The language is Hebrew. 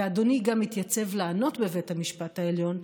ואדוני גם התייצב לענות בבית המשפט העליון,